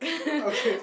okay